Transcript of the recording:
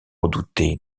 redouté